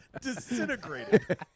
disintegrated